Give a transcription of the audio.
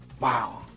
Wow